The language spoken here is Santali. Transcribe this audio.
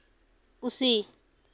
ᱠᱩᱥᱤ